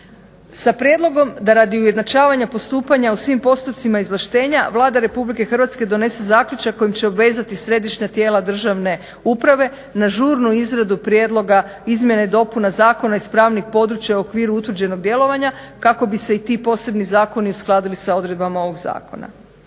Sa prijedlogom da radi ujednačavanja postupanja u svim postupcima izvlaštenja Vlada Republike Hrvatske donosi zaključak kojim će obvezati središnja tijela državne uprave na žurnu izradu prijedloga izmjena i dopuna zakona iz pravnih područja u okviru utvrđenog djelovanja kako bi se i ti posebni zakoni uskladili sa odredbama ovog zakona.